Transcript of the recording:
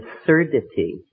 absurdity